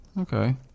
Okay